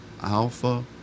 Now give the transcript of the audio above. alpha